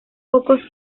pocos